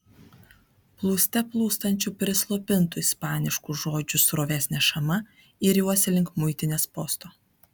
plūste plūstančių prislopintų ispaniškų žodžių srovės nešama iriuosi link muitinės posto